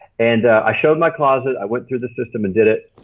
and i showed my closet, i went through the system and did it.